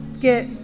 get